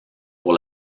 pour